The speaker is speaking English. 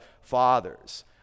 Fathers